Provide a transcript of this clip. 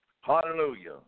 Hallelujah